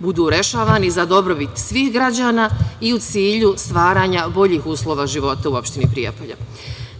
budu rešavani za dobrobit svih građana i u cilju stvaranja boljih uslova života u opštini Prijepolje.